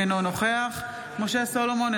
אינו נוכח משה סולומון,